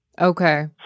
Okay